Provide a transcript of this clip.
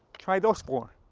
try those four.